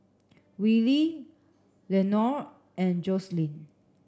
Willie Leonore and Joselin